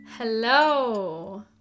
Hello